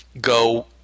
go